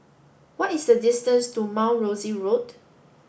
what is the distance to Mount Rosie Road